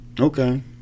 Okay